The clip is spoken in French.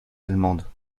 allemandes